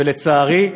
ולצערי,